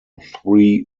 three